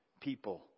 people